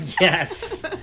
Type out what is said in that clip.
Yes